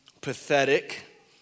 pathetic